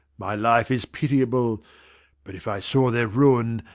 my life is pitiable but if i saw their ruin,